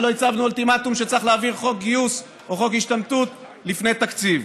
ולא הצבנו אולטימטום שצריך להעביר חוק גיוס או חוק השתמטות לפני תקציב.